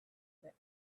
that